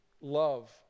Love